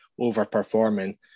overperforming